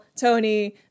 Tony